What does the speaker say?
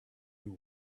you